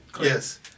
Yes